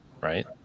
right